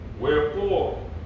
Wherefore